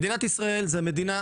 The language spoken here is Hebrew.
מדינת ישראל היא המדינה